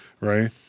right